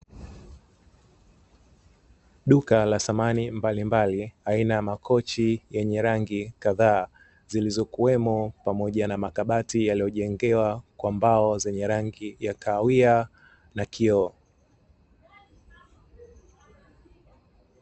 Duka la samani mbalimbali, aina ya makochi yenye rangi kadhaa, zilizokiwemo na makabati yaliyojengwa kwa mbao za rangi ya kahawia na kioo.